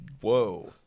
Whoa